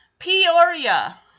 Peoria